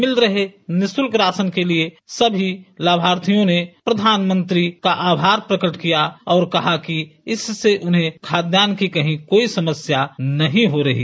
मिल रहे निशुल्क राशन के लिए सभी लाभार्थियों ने प्रधानमंत्री का आभार प्रकट किया कहा कि इससे उन्हें खाद्यान्न कि कहीं कोई समस्या नहीं हुई